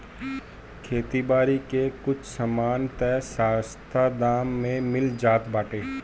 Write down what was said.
खेती बारी के कुछ सामान तअ सस्ता दाम पे मिल जात बाटे